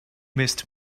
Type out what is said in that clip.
missed